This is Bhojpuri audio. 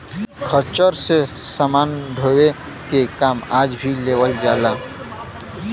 खच्चर से समान ढोवे के काम आज भी लेवल जाला